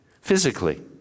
Physically